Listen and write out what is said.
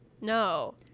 no